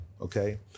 okay